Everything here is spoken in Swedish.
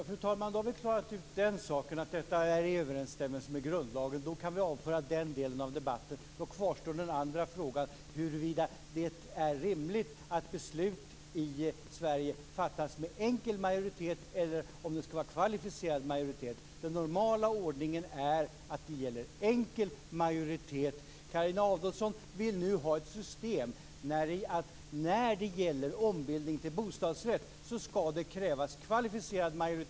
Fru talman! Då har vi klarat ut den saken, att detta är i överensstämmelse med grundlagen. Då kan vi avföra den delen från debatten. Då kvarstår den andra frågan, huruvida det är rimligt att beslut i Sverige fattas med enkel majoritet eller om det skall vara kvalificerad majoritet. Den normala ordningen är att enkel majoritet gäller. Carina Adolfsson vill nu ha ett system när det gäller ombildning till bostadsrätt där det skall krävas kvalificerad majoritet.